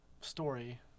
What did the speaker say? story